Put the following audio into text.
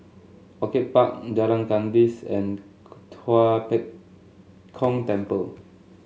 Orchid Park Jalan Kandis and Tua Pek Kong Temple